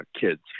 kids